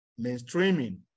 mainstreaming